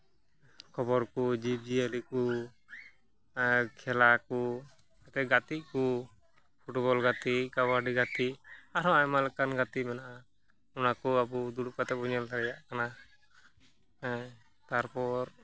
ᱠᱷᱚᱵᱚᱨ ᱠᱚ ᱡᱤᱵᱽᱼᱡᱤᱭᱟᱹᱞᱤ ᱠᱚ ᱠᱷᱮᱞᱟ ᱠᱚ ᱜᱟᱛᱮᱜ ᱠᱚ ᱯᱷᱩᱴᱵᱚᱞ ᱜᱟᱛᱮᱜ ᱠᱟᱵᱟᱰᱤ ᱜᱟᱛᱮᱜ ᱟᱨᱦᱚᱸ ᱟᱭᱢᱟ ᱞᱮᱠᱟᱱ ᱜᱟᱛᱮ ᱢᱮᱱᱟᱜᱼᱟ ᱚᱱᱟ ᱠᱚ ᱟᱵᱚ ᱫᱩᱲᱩᱵ ᱠᱟᱛᱮᱫ ᱵᱚᱱ ᱧᱮᱞ ᱫᱟᱲᱮᱭᱟᱜ ᱠᱟᱱᱟ ᱛᱟᱨᱯᱚᱨ